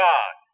God